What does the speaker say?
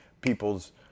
people's